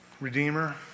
Redeemer